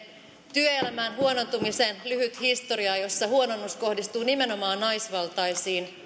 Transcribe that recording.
työelämän huonontumisen lyhyt historia jossa huononnus kohdistuu nimenomaan naisvaltaisiin